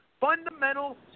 Fundamental